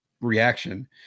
reaction